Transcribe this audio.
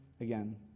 again